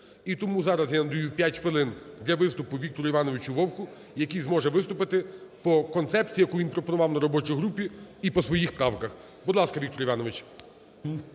І тому зараз я надаю 5 хвилин для виступу Віктору Івановичу Вовку, який зможе виступити по концепції, яку він пропонував на робочій групі, і по своїх правках. Будь ласка, Віктор Іванович.